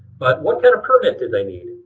but what kind of permit did they need?